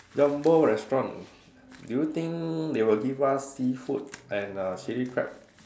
Jumbo restaurant do you think they will give us seafood and uh chili crab